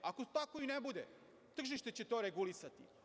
Ako tako i ne bude, tržište će to regulisati.